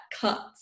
cuts